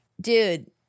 dude